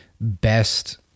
best